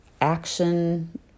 action